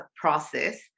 process